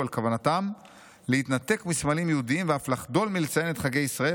על כוונתם להתנתק מסמלים יהודיים ואף לחדול מלציין את חגי ישראל,